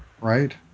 right